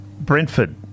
Brentford